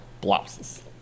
blouses